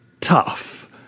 tough